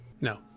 No